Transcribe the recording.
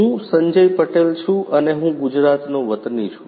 હું સંજય પટેલ છું અને હું ગુજરાતનો વતની છું